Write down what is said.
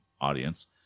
audience